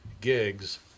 gigs